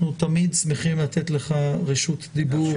אנחנו תמיד שמחים לתת לך רשות דיבור,